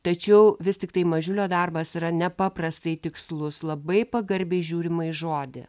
tačiau vis tiktai mažiulio darbas yra nepaprastai tikslus labai pagarbiai žiūrima į žodį